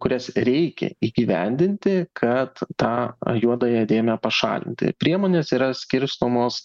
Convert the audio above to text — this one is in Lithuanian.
kurias reikia įgyvendinti kad tą juodąją dėmę pašalinti priemonės yra skirstomos